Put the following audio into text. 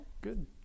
good